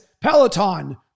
Peloton